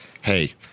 hey